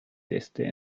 desde